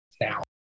now